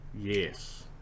Yes